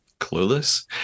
clueless